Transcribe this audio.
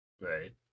Right